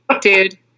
dude